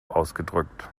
ausgedrückt